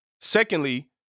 Secondly